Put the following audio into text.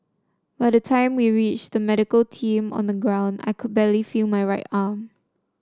by the time we reached the medical team on the ground I could barely feel my right arm